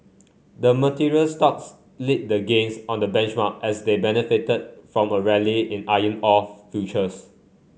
the materials stocks lead the gains on the benchmark as they benefited from a rally in iron ore futures